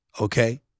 okay